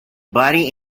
body